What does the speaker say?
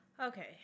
Okay